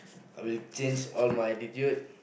I will change all my attitude